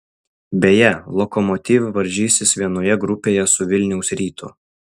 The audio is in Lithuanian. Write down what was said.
beje lokomotiv varžysis vienoje grupėje su vilniaus rytu